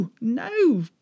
no